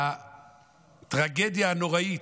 הטרגדיה הנוראית,